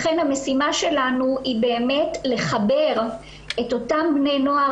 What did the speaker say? לכן המשימה שלנו היא באמת לחבר את אותם בני נוער